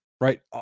right